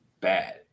bad